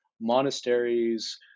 monasteries